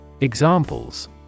Examples